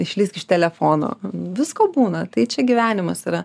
išlįsk iš telefono visko būna tai čia gyvenimas yra